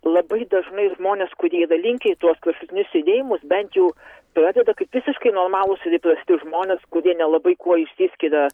labai dažnai žmonės kurie yra linkę į tuos kraštutinius judėjimus bent jau pradeda visiškai normalūs ir įprasti žmonės kurie nelabai kuo išsiskiria